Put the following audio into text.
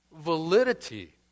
validity